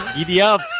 Idiot